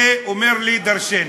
זה אומר לי: דורשני.